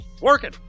Working